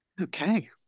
Okay